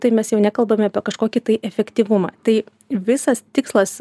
tai mes jau nekalbame apie kažkokį tai efektyvumą tai visas tikslas